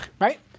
Right